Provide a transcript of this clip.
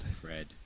Fred